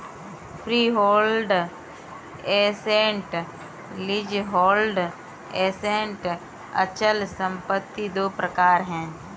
freehold assets, leasehold assets अचल संपत्ति दो प्रकार है